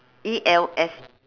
E L S